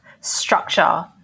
structure